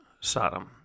Sodom